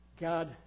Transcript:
God